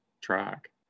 track